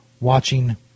watching